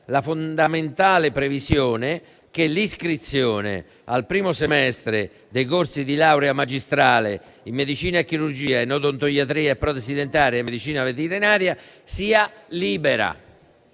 la fondamentale previsione che l'iscrizione al primo semestre dei corsi di laurea magistrale in medicina e chirurgia e odontoiatria e protesi dentaria e medicina veterinaria sia libera.